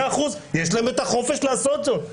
מאה אחוז, יש להם את החופש לעשות זאת,